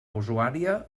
usuària